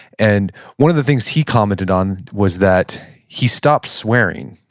and one of the things he commented on was that he stopped swearing.